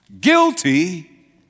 guilty